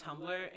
Tumblr